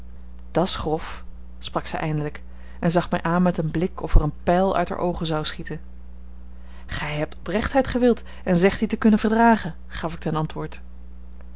dat's grof sprak zij eindelijk en zag mij aan met een blik of er een pijl uit haar oogen zou schieten gij hebt oprechtheid gewild en zegt die te kunnen verdragen gaf ik ten antwoord